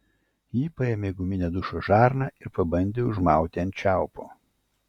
ji paėmė guminę dušo žarną ir pabandė užmauti ant čiaupo